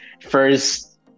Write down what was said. first